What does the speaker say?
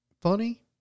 funny